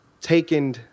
taken